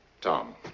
Tom